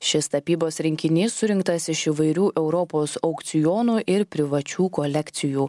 šis tapybos rinkinys surinktas iš įvairių europos aukcionų ir privačių kolekcijų